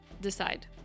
decide